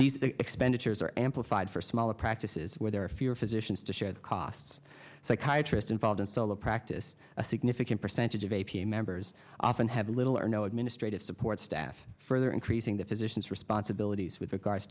these senators are amplified for smaller practices where there are fewer physicians to share the costs psychiatrists involved in solo practice a significant percentage of a p a members often have little or no administrative support staff further increasing the physician's responsibilities with regards